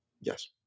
Yes